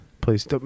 please